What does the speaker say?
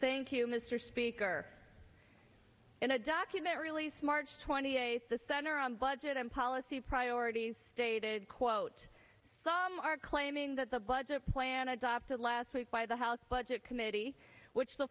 thank you mr speaker in a document released march twenty eighth the center on budget and policy priorities stated quote are claiming that the budget plan adopted last week by the house budget committee which the